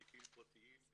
בתיקים פרטיים,